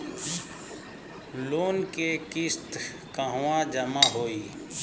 Loan के किस्त कहवा जामा होयी?